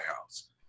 House